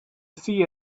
see